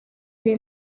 ari